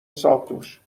ساقدوش